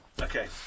Okay